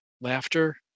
Laughter